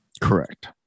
Correct